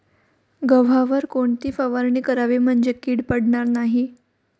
गव्हावर कोणती फवारणी करावी म्हणजे कीड पडणार नाही?